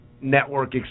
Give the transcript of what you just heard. network